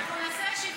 אנחנו נעשה ישיבה עם כל,